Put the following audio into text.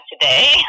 today